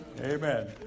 Amen